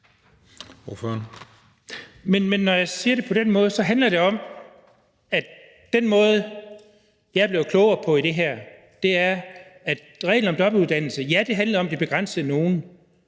Når jeg siger det på den måde, handler det om, at det, som jeg er blevet klogere på i det her, er, at reglen om dobbeltuddannelse handlede om, at det begrænsede nogle,